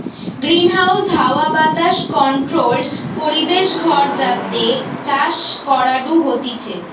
greenhouse হাওয়া বাতাস controlled পরিবেশ ঘর যাতে চাষ করাঢু হতিছে